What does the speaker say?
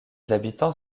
habitants